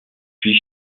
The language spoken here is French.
puis